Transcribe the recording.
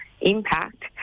impact